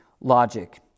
logic